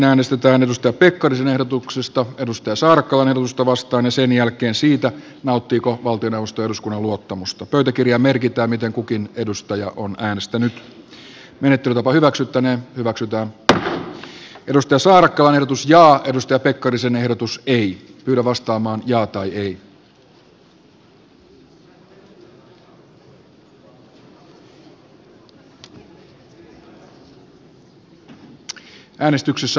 lisäksi koska hallitus on perustellut puutteellisesti ja yksipuolisesti tekemiään kuntarakennelinjauksia ja koska hallitus ei itsekään näytä sosiaali ja terveyspalveluiden osalta tietävän miten se kuntauudistusta aikoo toteuttaa ei hallitus nauti eduskunnan luottamusta